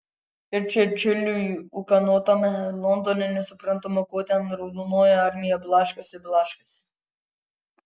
ir čerčiliui ūkanotame londone nesuprantama ko ten raudonoji armija blaškosi blaškosi